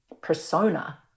persona